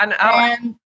And-